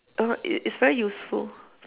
uh it it's very useful